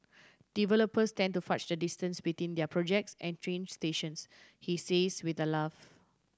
developers tend to fudge the distance between their projects and train stations he says with a laugh